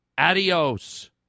Adios